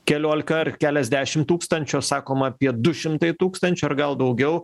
keliolika ar keliasdešim tūkstančių o sakoma apie du šimtai tūkstančių ar gal daugiau